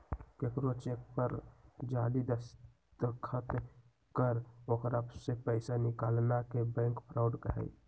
केकरो चेक पर जाली दस्तखत कर ओकरा से पैसा निकालना के बैंक फ्रॉड हई